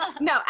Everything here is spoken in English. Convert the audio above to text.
No